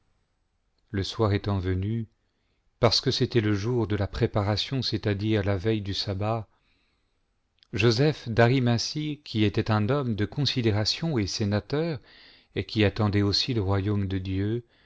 le soir étant venu parce que c'était le jour de la préparation c'est-à-dire la veille du sabbat joseph d'arimathie qui était un homme de considération et sénateur et qui attendait aussi le royaume de dieu